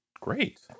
great